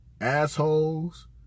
Assholes